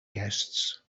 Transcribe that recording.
guests